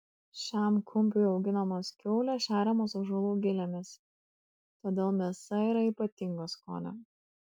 šiam kumpiui auginamos kiaulės šeriamos ąžuolų gilėmis todėl mėsa yra ypatingo skonio